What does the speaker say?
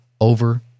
over